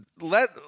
let